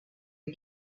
les